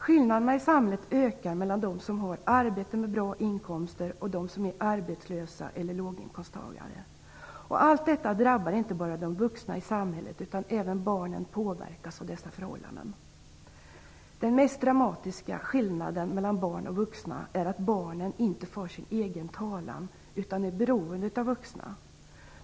Skillnaderna i samhället ökar mellan dem som har arbete och bra inkomster och dem som är arbetslösa eller låginkomsttagare. Allt detta drabbar inte bara de vuxna i samhället. Även barnen påverkas av dessa förhållanden. Den mest dramatiska skillnaden mellan barn och vuxna är att barn inte för sin egen talan utan är beroende av vuxna.